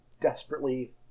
desperately